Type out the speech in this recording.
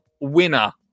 winner